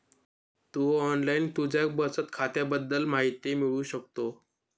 तू online तुझ्या बचत खात्याबद्दल माहिती मिळवू शकतो